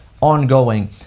ongoing